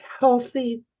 healthy